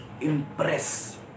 impress